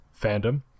Fandom